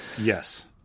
yes